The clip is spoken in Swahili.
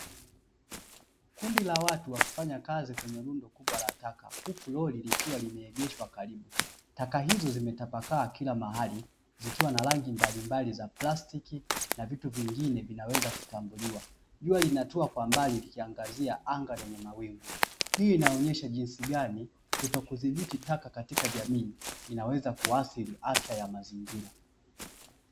Kundi la watu wakifanya kazi kwenye rundo kubwa la taka huku lori likiwa limeegeshwa karibu, taka hizo zimetapakaa kila mahali zikiwa na rangi mbalimbali za plastiki na vitu vingine vinaweza kutambuliwa, jua linatua kwa mbali likiangazia anga lenye mawingu hii inaonyesha jinsi gani kutokudhibiti taka katika jamii inaweza kuathiri afya ya mazingira.